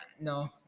no